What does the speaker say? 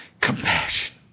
compassion